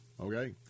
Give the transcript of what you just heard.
okay